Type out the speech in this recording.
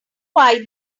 why